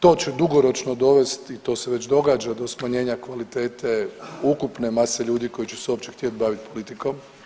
To će dugoročno dovesti i to se već događa do smanjenja kvalitete ukupne mase ljudi koji će se uopće htjet bavit politikom.